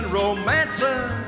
romancing